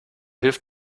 hilf